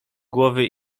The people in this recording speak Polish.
głowy